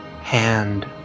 hand